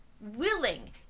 willing